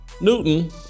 Newton